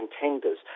contenders